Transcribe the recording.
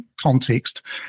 context